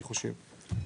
אני חושב,